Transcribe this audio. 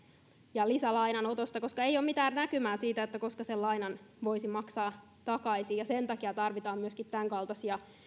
ja lisälainanotosta koska ei ole mitään näkymää koska sen lainan voisi maksaa takaisin sen takia tarvitaan myöskin tämänkaltaisia